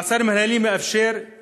המעצר המינהלי מאפשר את